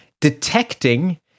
detecting